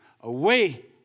away